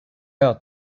out